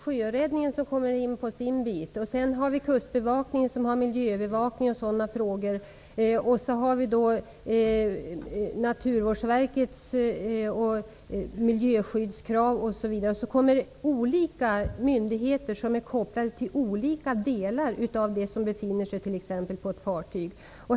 Sjöräddningen ansvarar för sitt område. Kustbevakningen svarar för miljöövervakningen och sådana frågor. Därutöver finns Naturvårdsverkets miljöskyddskrav, osv. Olika myndigheter är kopplade till olika delar av det som t.ex. befinner sig på ett fartyg.